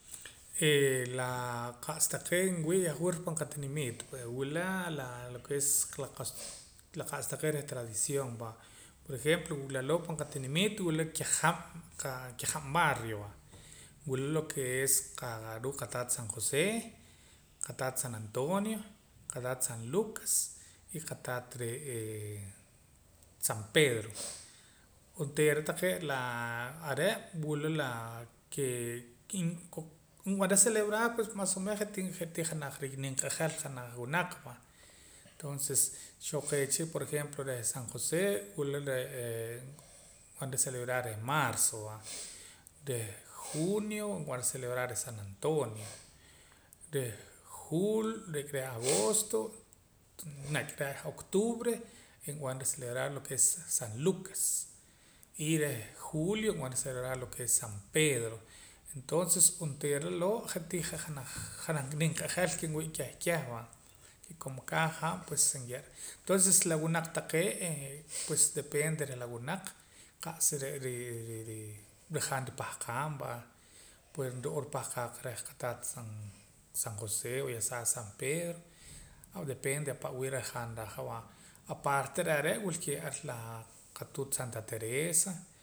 Eh laa qa'sa taqee' nwii' yahwur pan natinimiit reh wila lo ke es laa qa'sa taqee' reh tradición va por ejemplo laloo' pan qatinimiit wila kajab' qa kajab' barrio va wila lo ke es ruu' qataat san jose' qataat san antonio qataat san lucas y qataat re'ee san pedro onteera la taqee' are' wula laa ke nb'anara celebrar pues mas o menos je' tii je' janaj nimq'ajal janaj wunaq va xoo qeecha por ejemplo reh san josé wula re'ee nb'ara celebrar reh marzo va reh junio nb'ara celebrar reh san antonio reh julio nek' reh agosto nek' reh octubre nb'ara celebrar lo ke es san lucas y reh julio nb'ara celebrar lo ke es san pedro entonces onteera loo' je'tii je' janaj je' nimq'ajal ke nwii' keh keh va y como cada haab' pues nye'ra tonses la wunaq taqee' re'ee pues depende reh la wunaq qa'sa re' ri riijaam ripahqaam va pues n'oo ripahqaa qa reh qataat san san josé o ya sea reh qataat san pedro o depende ahpa' wii reh rajaam raja va aparte reh are' wilkee' ar qatuut santa teresa